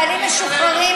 חיילים משוחררים,